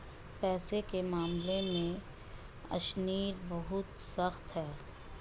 पैसे के मामले में अशनीर बहुत सख्त है